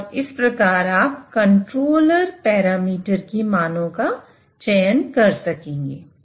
और इस प्रकार आप कंट्रोलर पैरामीटर के मानो का चयन कर सकेंगे